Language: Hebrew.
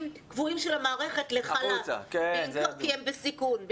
קבועים של המערכת לחל"ת כי הם בסיכון,